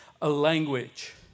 language